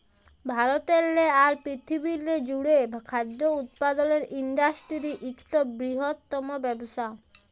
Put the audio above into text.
ভারতেরলে আর পিরথিবিরলে জ্যুড়ে খাদ্য উৎপাদলের ইন্ডাসটিরি ইকট বিরহত্তম ব্যবসা